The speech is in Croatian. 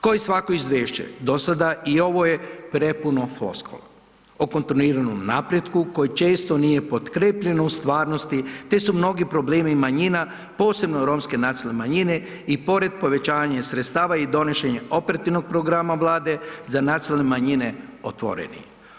Ko i svako izvješće dosada i ovo je prepuno floskula o kontinuiranom napretku koji često nije potkrijepljen u stvarnosti, te su mnogi problemi manjina, posebno romske nacionalne manjine i pored povećanja sredstava i donošenja operativnog programa Vlade za nacionalne manjine otvoreni.